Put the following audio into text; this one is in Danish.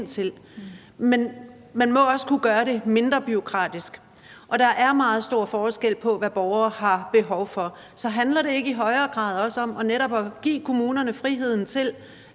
Men man må også kunne gøre det mindre bureaukratisk. Og der er meget stor forskel på, hvad borgere har behov for. Så handler det ikke i højere grad også om netop at give kommunerne friheden til,